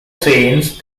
saints